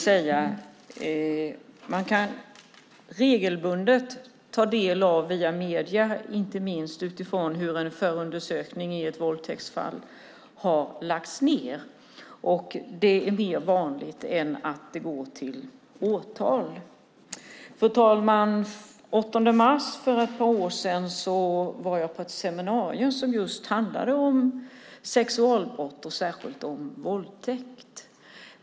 Man kan regelbundet via medierna ta del av inte minst hur en förundersökning i ett våldtäktsfall har lagts ned. Det är vanligare än att det går till åtal. Fru talman! Den 8 mars för ett par år sedan var jag på ett seminarium som handlade just om sexualbrott och särskilt om våldtäkt.